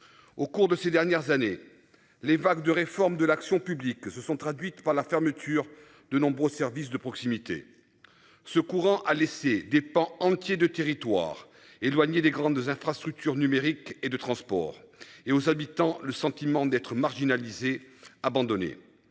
Au cours de ces dernières années. Les vagues de réforme de l'action publique se sont traduites par la fermeture de nombreux services de proximité. Ce courant a laissé des pans entiers de territoires éloignés des grandes infrastructures numériques et de transport et aux habitants le sentiment d'être marginalisé abandonné